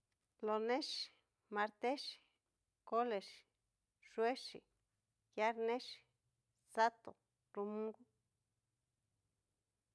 Lonexi, martexi, kolexi, xhuexi, ngiarnexi, sato, nrumungu.